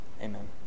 Amen